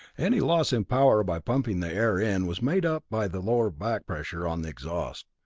any loss in power by pumping the air in was made up by the lower back pressure on the exhaust.